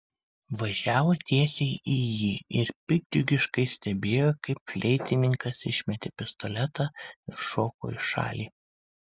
važiavo tiesiai į jį ir piktdžiugiškai stebėjo kaip fleitininkas išmetė pistoletą ir šoko į šalį